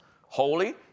holy